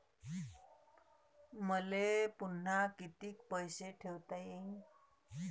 मले पुन्हा कितीक पैसे ठेवता येईन?